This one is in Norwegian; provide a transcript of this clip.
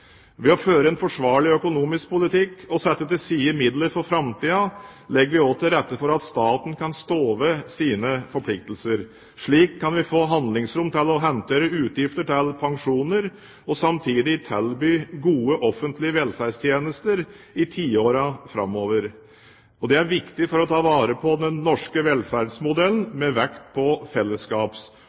Ved å føre en forsvarlig økonomisk politikk og sette til side midler for framtiden, legger vi også til rette for at staten kan stå ved sine forpliktelser. Slik kan vi få handlingsrom til å håndtere utgiftene til pensjoner og samtidig tilby gode offentlige velferdstjenester i tiårene framover. Det er viktig for å ta vare på den norske velferdsmodellen, med vekt på